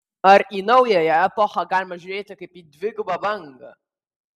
ar į naująją epochą galima žiūrėti kaip į dvigubą bangą